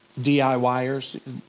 DIYers